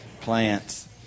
Plants